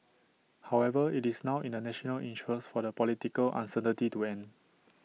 however IT is now in the national interest for the political uncertainty to end